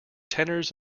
tenors